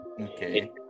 Okay